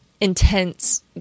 intense